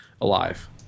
alive